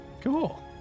Cool